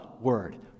word